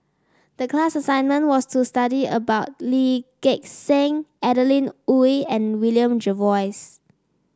the class assignment was to study about Lee Gek Seng Adeline Ooi and William Jervois